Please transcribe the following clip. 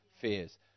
fears